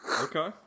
Okay